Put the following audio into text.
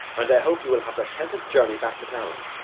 and i hope you will have a pleasant journey back to town.